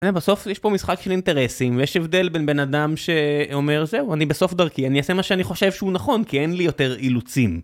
ובסוף יש פה משחק של אינטרסים, ויש הבדל בין בן אדם שאומר זה או אני בסוף דרכי, אני אעשה מה שאני חושב שהוא נכון, כי אין לי יותר אילוצים.